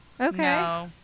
okay